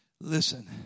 Listen